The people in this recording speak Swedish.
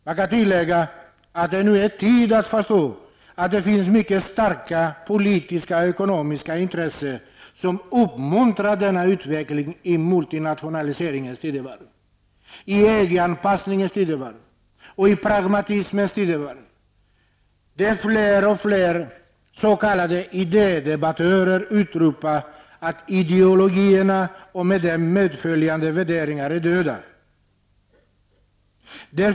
Man kan tillägga att det nu är tid att förstå att det finns mycket starka politiska och ekonomiska intressen som uppmuntrar denna utveckling i multinationaliseringens tidevarv, i EG anpassningens tidevarv och i pragmatismens tidevarv. Fler och fler s.k. idédebattörer utropar att ideologierna och med dem följande värderingar är döda.